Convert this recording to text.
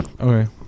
Okay